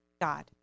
God